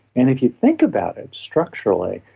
and if you think about it structurally,